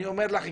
אני אומר לך,